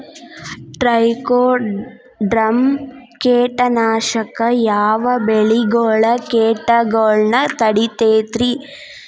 Trichoderma ಕೇಟನಾಶಕ ಯಾವ ಬೆಳಿಗೊಳ ಕೇಟಗೊಳ್ನ ತಡಿತೇತಿರಿ?